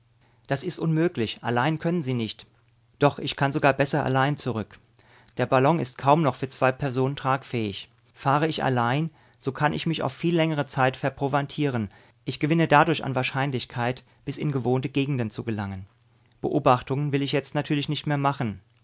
das ist unmöglich allein können sie nicht doch ich kann sogar besser allein zurück der ballon ist kaum noch für zwei personen tragfähig fahre ich allein so kann ich mich auf viel längere zeit verproviantieren ich gewinne dadurch an wahrscheinlichkeit bis in bewohnte gegenden zu gelangen beobachtungen will ich jetzt natürlich nicht mehr machen